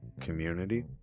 community